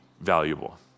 valuable